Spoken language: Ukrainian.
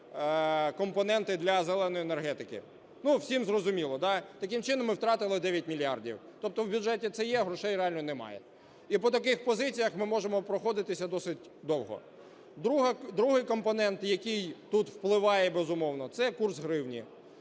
компоненти для "зеленої" енергетики. Ну, всім зрозуміло, таким чином ми втратили 9 мільярдів. Тобто в бюджеті це є, а грошей реально немає. І по таких позиціях ми можемо проходитись досить довго. Другий компонент, який тут впливає, безумовно, це курс гривні.